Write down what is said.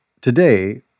today